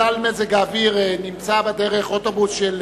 בגלל מזג האוויר נמצא בדרך אוטובוס של